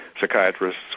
psychiatrists